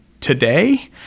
today